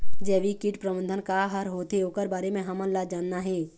जैविक कीट प्रबंधन का हर होथे ओकर बारे मे हमन ला जानना हे?